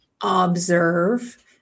observe